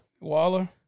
Waller